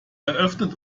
eröffnet